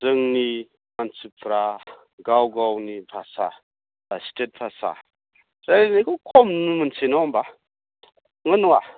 जोंनि मानसिफ्रा गाव गावनि भाषा स्टेट भाषा रायलायनायखौ खम नुनो मोनसै नङा होम्बा नंना नङा